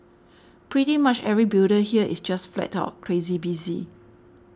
pretty much every builder here is just flat out crazy busy